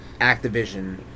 Activision